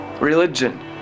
religion